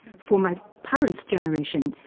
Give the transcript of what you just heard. for my parents' generation,